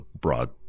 broad